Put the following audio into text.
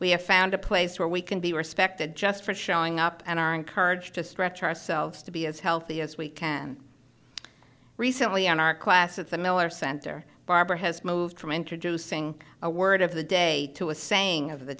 we have found a place where we can be respected just for showing up and are encouraged to stretch ourselves to be as healthy as we can recently on our class at the miller center barber has moved from introducing a word of the day to a saying